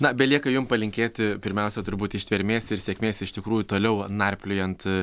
na belieka jum palinkėti pirmiausia turbūt ištvermės ir sėkmės iš tikrųjų toliau narpliojant